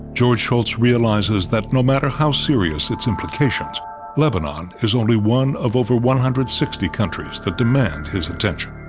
george shultz realizes that no matter how serious its implications lebanon is only one of over one hundred and sixty countries that demand his attention.